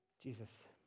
Jesus